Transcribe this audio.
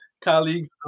colleagues